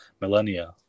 millennia